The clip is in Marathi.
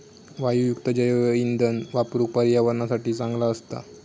वायूयुक्त जैवइंधन वापरुक पर्यावरणासाठी चांगला असता